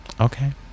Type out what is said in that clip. Okay